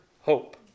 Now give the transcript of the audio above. hope